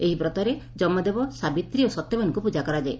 ଏହି ବତ୍ରରେ ଯମଦେବ ସାବିତ୍ରୀ ଓ ସତ୍ୟବାନଙ୍କୁ ପୁଜା କରାଯାଏ